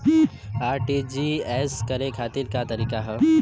RTGS करे के तरीका का हैं?